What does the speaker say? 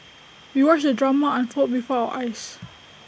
we watched the drama unfold before our eyes